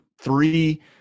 three